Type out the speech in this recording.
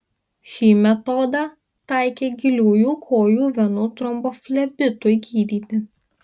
šį metodą taikė giliųjų kojų venų tromboflebitui gydyti